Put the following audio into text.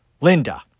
Linda